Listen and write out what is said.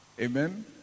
Amen